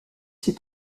ses